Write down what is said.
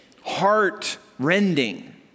heart-rending